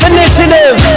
Initiative